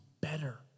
better